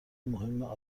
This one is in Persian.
مهم